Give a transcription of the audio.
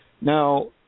Now